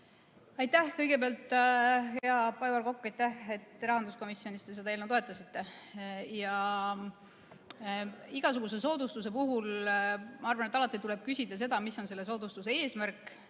Aitäh! Kõigepealt, hea Aivar Kokk, aitäh, et te rahanduskomisjonis seda eelnõu toetasite. Igasuguse soodustuse puhul, ma arvan, tuleb alati küsida, mis on selle soodustuse eesmärk.